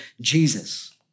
Jesus